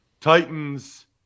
Titans